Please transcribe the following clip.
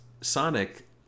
Sonic